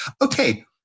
Okay